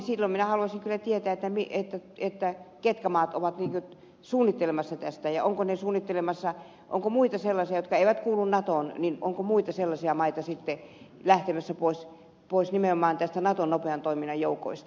jos on silloin minä haluaisin kyllä tietää mitkä maat ovat suunnittelemassa tätä ja onko muita sellaisia maita jotka eivät kuulu natoon niin onko muita sellaisia maita siipen lähdössä lähtemässä pois nimenomaan näistä naton nopean toiminnan joukoista